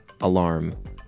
Alarm